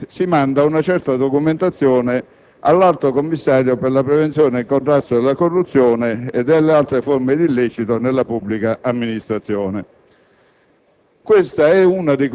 un periodo per cui si manda una certa documentazione all'Alto Commissario per la prevenzione e contrasto della corruzione e delle altre forme di illecito nella pubblica amministrazione.